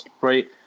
right